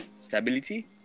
Stability